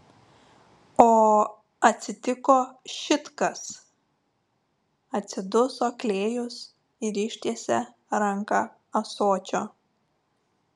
o atsitiko šit kas atsiduso klėjus ir ištiesė ranką ąsočio